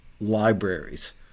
libraries